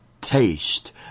taste